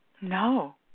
No